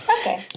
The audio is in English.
okay